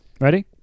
Ready